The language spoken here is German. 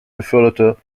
beförderte